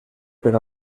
per